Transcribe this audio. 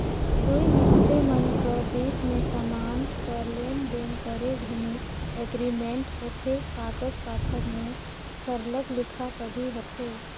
दुई मइनसे मन कर बीच में समान कर लेन देन करे घनी एग्रीमेंट होथे कागज पाथर में सरलग लिखा पढ़ी होथे